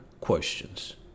questions